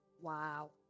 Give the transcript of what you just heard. Wow